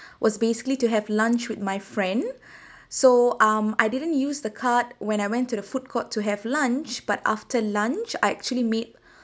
was basically to have lunch with my friend so um I didn't use the card when I went to the food court to have lunch but after lunch I actually made